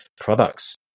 products